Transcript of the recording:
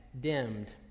dimmed